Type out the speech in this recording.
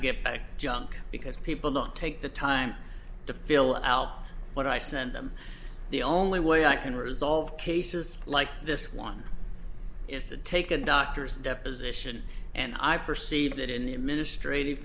get junk because people look take the time to fill out what i sent them the only way i can resolve cases like this one is to take a doctor's deposition and i perceive that in the administrative